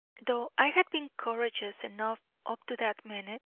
though i had been courageous enough up to that minute,